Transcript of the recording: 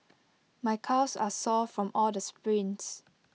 my calves are sore from all the sprints